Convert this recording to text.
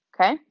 Okay